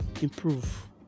improve